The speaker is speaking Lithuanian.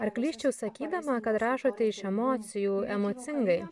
ar klysčiau sakydama kad rašote iš emocijų emocingai